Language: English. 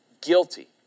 guilty